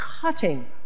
cutting